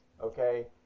okay